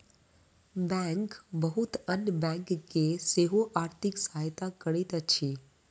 bank बहुत अन्य bank के सेहो आर्थिक सहायता करैत अछि